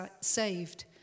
saved